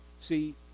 See